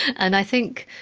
and i think,